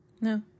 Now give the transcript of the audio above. no